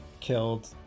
killed